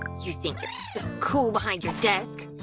you think you're so cool behind your desk!